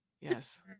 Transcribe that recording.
Yes